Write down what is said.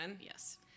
Yes